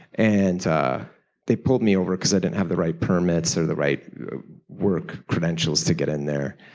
and they pulled me over because i didn't have the right permits or the right work credentials to get in there.